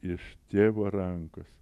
iš tėvo rankų